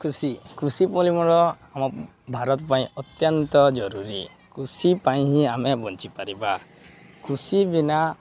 କୃଷି କୃଷି ପରିମଳ ଆମ ଭାରତ ପାଇଁ ଅତ୍ୟନ୍ତ ଜରୁରୀ କୃଷି ପାଇଁ ହିଁ ଆମେ ବଞ୍ଚିପାରିବା କୃଷି ବିନା